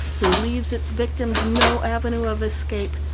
who leaves its victims no avenue of escape,